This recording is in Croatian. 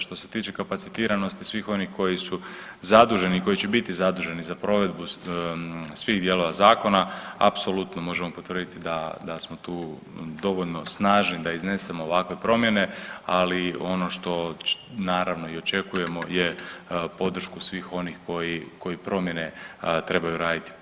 Što se tiče kapacitiranosti svih onih koji su zaduženi i koji će biti zaduženi za provedbu svih dijelova zakona, apsolutno možemo potvrditi da smo tu dovoljno snažni da iznesemo ovakve promjene, ali ono što naravno i očekujemo je podršku svih onih koji promjene trebaju raditi.